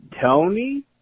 Tony